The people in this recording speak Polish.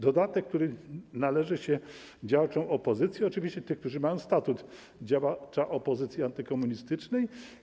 Dodatek, który należy się działaczom opozycji, oczywiście tym, którzy mają statut działacza opozycji antykomunistycznej.